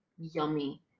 yummy